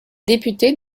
députés